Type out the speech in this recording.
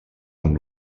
amb